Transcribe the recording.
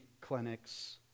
clinics